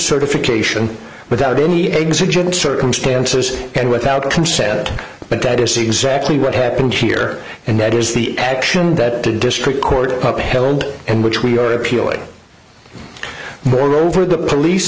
certification without any exit circumstances and without a can said but that is exactly what happened here and that is the action that the district court puppet held and which we are appealing moreover the police